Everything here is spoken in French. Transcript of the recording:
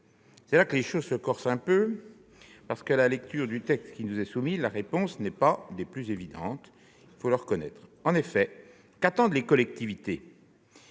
C'est là que les choses se corsent quelque peu parce qu'à la lecture du texte qui nous est soumis, la réponse n'est pas des plus évidentes. En effet, ce qu'attendent les collectivités,